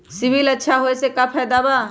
CIBIL अच्छा होऐ से का फायदा बा?